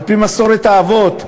על-פי מסורת האבות,